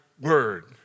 word